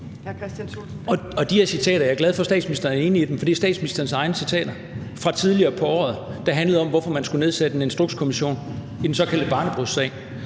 De her citater er jeg glad for statsministeren er enig i, for det er statsministerens egne citater fra tidligere på året, der handlede om, hvorfor man skulle nedsætte en instrukskommission i den såkaldte barnebrudssag.